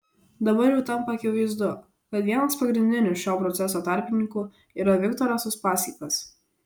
dabar jau tampa akivaizdu kad vienas pagrindinių šio proceso tarpininkų yra viktoras uspaskichas